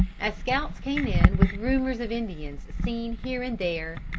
as scouts came in with rumors of indians seen here and there,